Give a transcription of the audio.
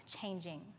changing